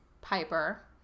Piper